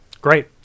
great